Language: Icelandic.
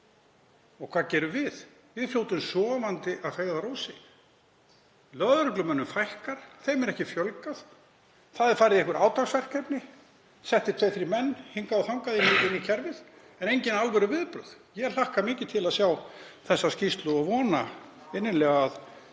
Og hvað gerum við? Við fljótum sofandi að feigðarósi. Lögreglumönnum fækkar, þeim er ekki fjölgað. Farið er í einhver átaksverkefni, settir tveir, þrír menn hingað og þangað inn í kerfið en engin alvöru viðbrögð. Ég hlakka mikið til að sjá þessa skýrslu og vona innilega að